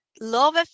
love